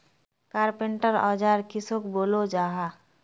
Carpenter औजार किसोक बोलो जाहा?